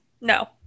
No